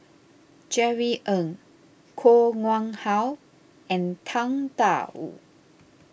Jerry Ng Koh Nguang How and Tang Da Wu